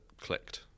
clicked